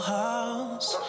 house